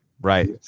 right